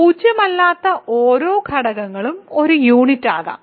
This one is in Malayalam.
പൂജ്യമല്ലാത്ത ഓരോ ഘടകങ്ങളും ഒരു യൂണിറ്റ് ആകാം